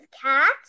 cats